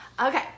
Okay